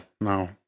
no